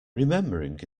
remembering